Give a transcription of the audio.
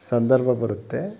ಸಂದರ್ಭ ಬರುತ್ತೆ